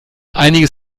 einiges